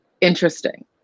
interesting